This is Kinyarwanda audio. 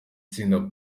tsinda